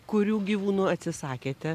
kurių gyvūnų atsisakėte